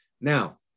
now